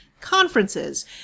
conferences